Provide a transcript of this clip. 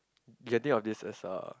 getting out of this is a